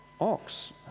ox